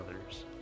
others